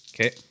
okay